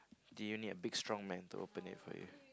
do you need a big strong man to open it for you